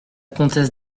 comtesse